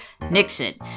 Nixon